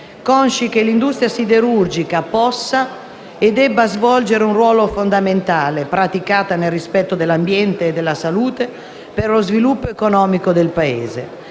consci che l'industria siderurgica possa e debba svolgere un ruolo fondamentale, praticata nel rispetto dell'ambiente e della salute, per lo sviluppo economico complessivo